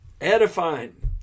edifying